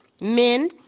men